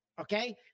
Okay